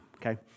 okay